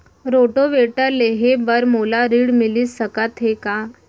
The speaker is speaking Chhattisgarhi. रोटोवेटर लेहे बर मोला ऋण मिलिस सकत हे का?